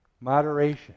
moderation